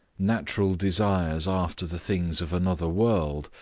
natural desires after the things of another world,